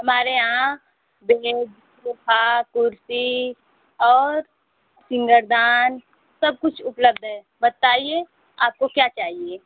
हमारे यहाँ bed sofa कुर्सी और सिंगरदान सब कुछ उपलब्ध है बताइए आपको क्या चाहिए